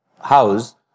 house